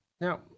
Now